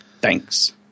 Thanks